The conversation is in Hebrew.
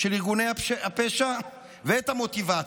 של ארגוני הפשע ואת המוטיבציה.